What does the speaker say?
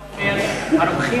אומר,